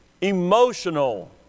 Emotional